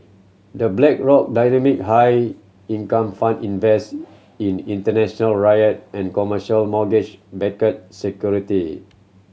The Blackrock Dynamic High Income Fund invest in international REIT and commercial mortgage backed security